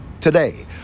today